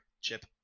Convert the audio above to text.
chip